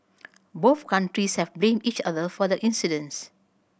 both countries have blamed each other for the incidence